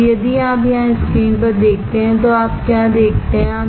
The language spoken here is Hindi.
अब यदि आप यहाँ स्क्रीन पर देखते हैं तो आप क्या देखते हैं